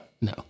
No